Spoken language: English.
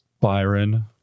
Byron